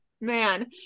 Man